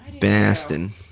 Bastin